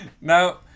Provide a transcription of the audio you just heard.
Now